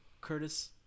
Curtis